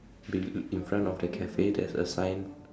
be in front of the cafe there's a sign